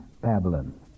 Babylon